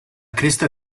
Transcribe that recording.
cresta